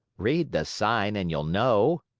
read the sign and you'll know.